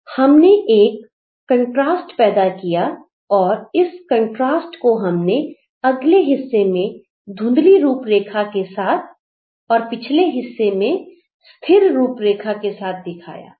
हमने एक कंट्रास्ट पैदा किया और इस कंट्रास्ट को हमने अगले हिस्से में धुंधली रूपरेखा के साथ और पिछले हिस्से में स्थिर रूपरेखा के साथ दिखाया